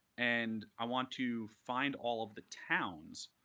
and i want to find all of the towns,